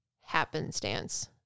happenstance